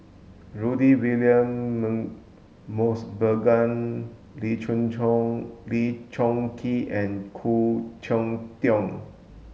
Rudy William Mosbergen Lee Choon Lee Choon Kee and Khoo Cheng Tiong